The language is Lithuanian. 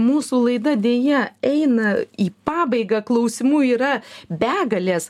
mūsų laida deja eina į pabaigą klausimų yra begalės